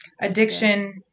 Addiction